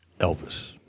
Elvis